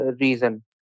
reason